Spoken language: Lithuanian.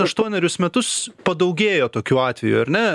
aštuonerius metus padaugėjo tokių atvejų ar ne